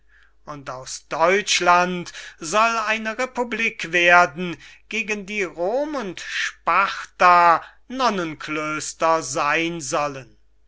und aus deutschland soll eine republik werden gegen die rom und sparta nonnenklöster seyn sollen